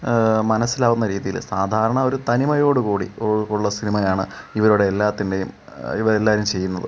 മനസിലാവുന്ന രീതിയിൽ സാധാരണ ഒരു തനിമയോട് കൂടി ഉൾ ഉള്ള സിനിമയാണ് ഇവരുടെ എല്ലാത്തിൻ്റെയും ഇവരെല്ലാവരും ചെയ്യുന്നത്